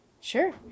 Sure